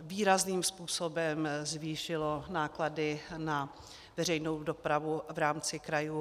výrazným způsobem zvýšilo náklady na veřejnou dopravu v rámci krajů.